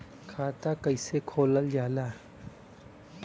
खाता कैसे खोलल जाला?